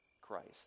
Christ